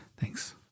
Thanks